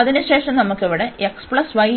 അതിനുശേഷം നമുക്ക് ഇവിടെ എന്ന വരിയുമുണ്ട്